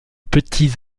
petits